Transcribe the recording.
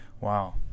wow